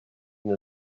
sind